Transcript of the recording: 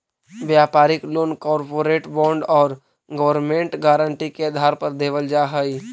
व्यापारिक loan corporate bond और government guarantee के आधार पर देवल जा हई